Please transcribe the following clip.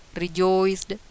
rejoiced